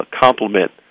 complement